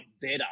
better